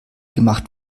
gemacht